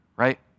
right